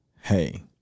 hey